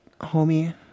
homie